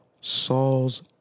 Saul's